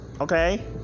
okay